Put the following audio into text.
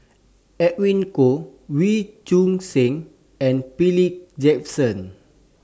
Edwin Koek Wee Choon Seng and Philip Jackson